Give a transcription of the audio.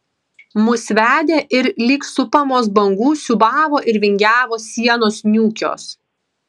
mus vedė ir lyg supamos bangų siūbavo ir vingiavo sienos niūkios